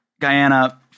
Guyana